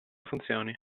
funzioni